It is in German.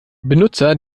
benutzer